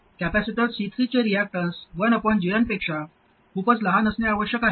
आणि capacitor C3 चे reactance 1 gm पेक्षा खूपच लहान असणे आवश्यक आहे